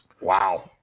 Wow